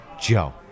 Joe